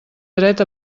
dret